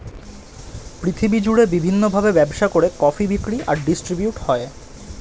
পৃথিবী জুড়ে বিভিন্ন ভাবে ব্যবসা করে কফি বিক্রি আর ডিস্ট্রিবিউট হয়